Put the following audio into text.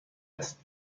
است